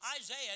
Isaiah